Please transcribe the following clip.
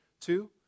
two